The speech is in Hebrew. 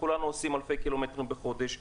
וכולנו עושים אלפי קילומטרים בחודש.